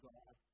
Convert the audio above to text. God